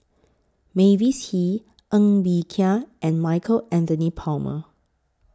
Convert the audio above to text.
Mavis Hee Ng Bee Kia and Michael Anthony Palmer